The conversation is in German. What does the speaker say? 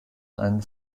ein